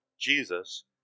Jesus